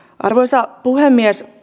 arvoisa puhemies